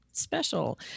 special